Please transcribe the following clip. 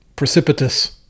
Precipitous